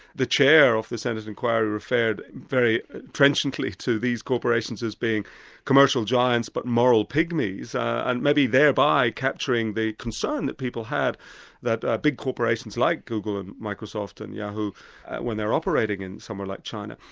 the chair of the senate inquiry referred very trenchantly to these corporations as being commercial giants but moral pygmies, and maybe thereby capturing the concern that people have that ah big corporations like google and microsoft and yahoo when they're operating in somewhere like china.